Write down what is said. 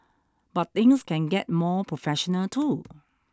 but things can get more professional too